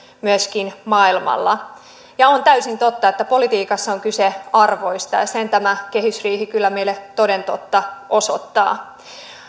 myöskin maailmalla ja on täysin totta että politiikassa on kyse arvoista ja sen tämä kehysriihi kyllä meille toden totta osoittaa